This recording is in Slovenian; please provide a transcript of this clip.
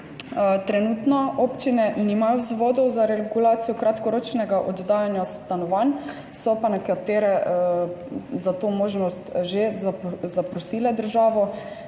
Trenutno občine nimajo vzvodov za regulacijo kratkoročnega oddajanja stanovanj, so pa nekatere za to možnost že zaprosile državo.